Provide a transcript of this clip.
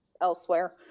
elsewhere